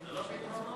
זה לא פתרונות.